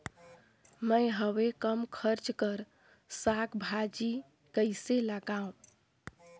मैं हवे कम खर्च कर साग भाजी कइसे लगाव?